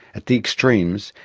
at the extremes,